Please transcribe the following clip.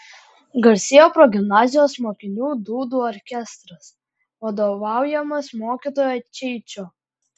garsėjo progimnazijos mokinių dūdų orkestras vadovaujamas mokytojo čeičio